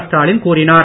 ஸ்டாலின் கூறினார்